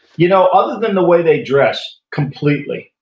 you know other than the way they dress, completely.